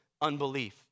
unbelief